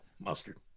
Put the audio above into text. mustard